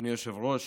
אדוני היושב-ראש,